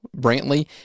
Brantley